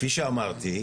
כפי שאמרתי,